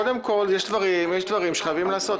יש דברים שחייבים לעשות.